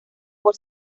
por